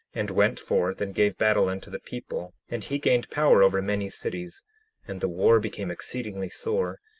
and went forth and gave battle unto the people and he gained power over many cities and the war became exceedingly sore,